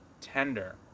tender